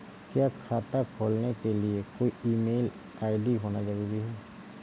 क्या खाता के लिए ईमेल आई.डी होना जरूरी है?